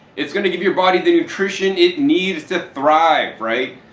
it's going to give your body the nutrition it needs to thrive, right?